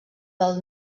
pel